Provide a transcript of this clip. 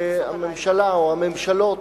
שהממשלה או הממשלות